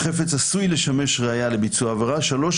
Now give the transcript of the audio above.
החפץ עשוי לשמש ראיה לביצוע העבירה; שלוש,